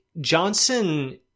Johnson